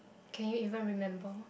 can you even remember